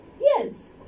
yes